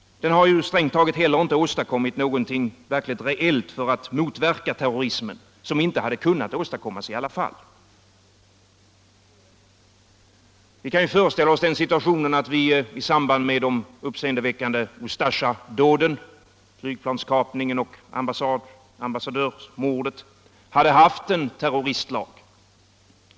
Den har ju strängt taget heller inte åstadkommit någonting verkligt reellt för att motverka terrorism som inte hade kunnat åstadkommas i alla fall. Vi kan ju föreställa oss den situationen att vi i samband med de uppseendeväckande Ustasjadåden —- flygplanskapningen och ambassadörsmordet — hade haft en terroristlag.